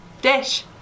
dish